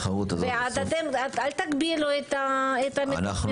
ואתם, אל תגבילו את המבוטחים.